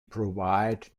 provide